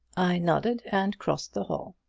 i nodded and crossed the hall.